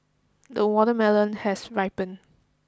the watermelon has ripened